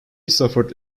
suffered